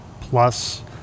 plus